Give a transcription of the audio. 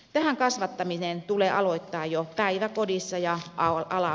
tähän kasvattaminen tulee aloittaa jo päiväkodissa ja alakouluissa